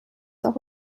auch